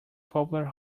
popular